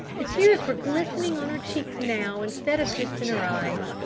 the tears were glistening on her cheeks now instead of just in her eyes.